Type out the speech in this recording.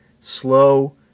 slow